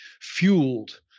fueled